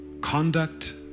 conduct